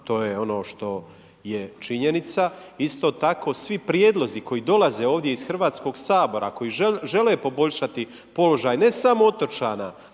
To je ono što je činjenica. Isto tako svi prijedlozi koji dolaze ovdje iz Hrvatskog sabora koji žele poboljšati položaj ne samo otočana